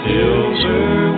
Silver